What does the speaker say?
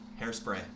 hairspray